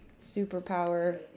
superpower